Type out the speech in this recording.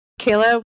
Kayla